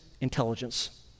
intelligence